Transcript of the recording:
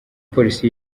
polisi